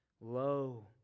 Lo